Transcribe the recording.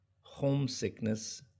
homesickness